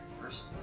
First